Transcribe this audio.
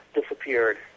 disappeared